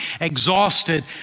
exhausted